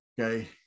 Okay